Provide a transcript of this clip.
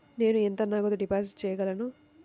నేను ఎంత నగదు డిపాజిట్ చేయగలను?